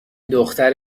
دختر